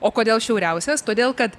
o kodėl šiauriausias todėl kad